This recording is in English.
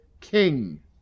king